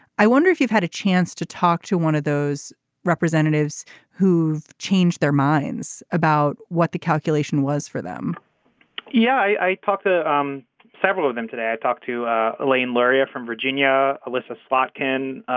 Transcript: i wonder if you've had a chance to talk to one of those representatives who changed their minds about what the calculation was for them yeah i talked to um several of them today. i talked to elaine lauria from virginia elissa slotkin